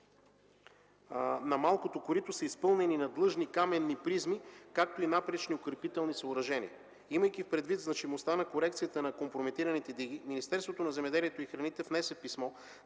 на малкото корито са изпълнени надлъжни каменни призми, както и напречни укрепителни съоръжения. Имайки предвид значимостта на корекцията на компроментираните диги, Министерството на земеделието и храните внесе писмо